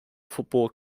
football